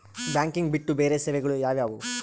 Banking ಬಿಟ್ಟು ಬೇರೆ ಸೇವೆಗಳು ಯಾವುವು?